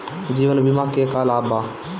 जीवन बीमा के का लाभ बा?